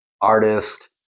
artist